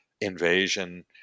invasion